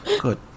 Good